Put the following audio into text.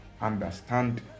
understand